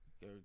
go